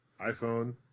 iPhone